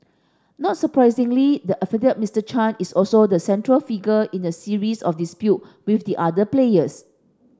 not surprisingly the affable Mister Chan is also the central figure in a series of dispute with the other players